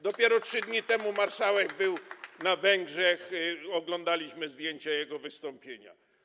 Dopiero co, 3 dni temu, marszałek był na Węgrzech, oglądaliśmy zdjęcia z jego wystąpienia.